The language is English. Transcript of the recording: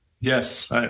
Yes